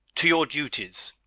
to your duties.